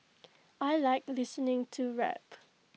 I Like listening to rap